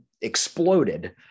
exploded